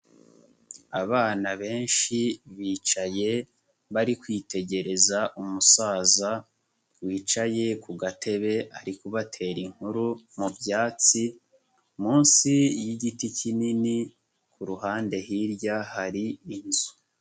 Abana benshi bicaye bari kwitegereza umusaza wicaye ku gatebe ari kubatera inkuru mu byatsi, munsi y'igiti kinini, ku ruhande hirya hari inzu.